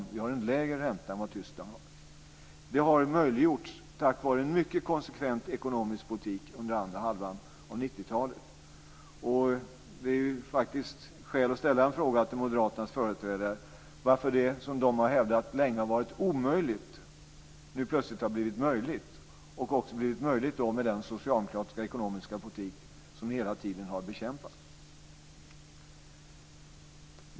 Sverige har en lägre ränta än vad Tyskland har. Detta har möjliggjorts tack vare en mycket konsekvent ekonomisk politik under andra halvan av 90 talet. Det finns skäl att ställa en fråga till Moderaternas företrädare: Varför har det som ni länge har hävdat vara omöjligt nu plötsligt blivit möjligt - och blivit möjligt med den socialdemokratiska ekonomiska politik som ni hela tiden har bekämpat?